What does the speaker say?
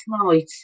tonight